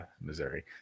Missouri